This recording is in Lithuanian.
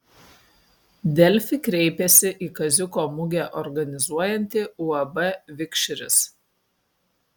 delfi kreipėsi į kaziuko mugę organizuojantį uab vikšris